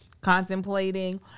contemplating